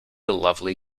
lovely